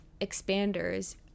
expanders